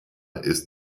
ist